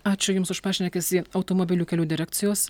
ačiū jums už pašnekesį automobilių kelių direkcijos